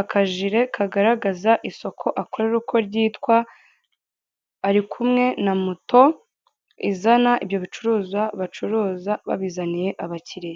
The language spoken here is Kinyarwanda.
akajire kagaragaza isoko akorera uko ryitwa, ari kumwe n'amoto izana ibyo bicuruza bacuruza babizaniye abakiliya.